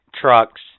Trucks